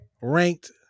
ranked